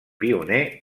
pioner